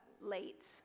late